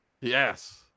Yes